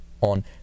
on